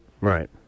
Right